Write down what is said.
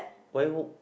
why n~